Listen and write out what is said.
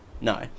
No